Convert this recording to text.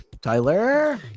Tyler